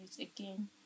again